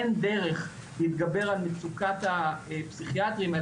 אין דרך להתגבר על מצוקת הפסיכיאטרים,